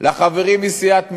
לחברים מסיעת מרצ,